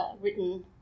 written